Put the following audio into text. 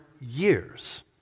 years